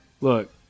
Look